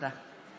(קוראת בשמות חברי הכנסת)